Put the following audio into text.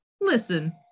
listen